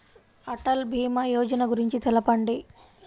అటల్ భీమా యోజన గురించి తెలుపండి?